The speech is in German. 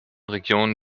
regionen